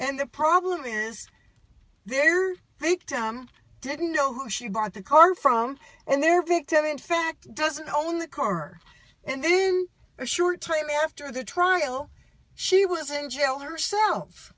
and the problem is they're they didn't know who she bought the car from and their victim in fact doesn't own the car and then a short time after the trial she was in jail herself